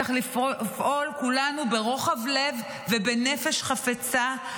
צריך לפעול כולנו ברוחב לב ובנפש חפצה,